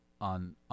on